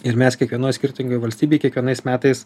ir mes kiekvienoj skirtingoj valstybėj kiekvienais metais